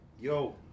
yo